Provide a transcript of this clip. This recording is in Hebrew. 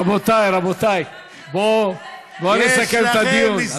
רבותי, רבותי, בואו נסכם את הדיון.